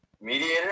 mediator